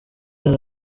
hari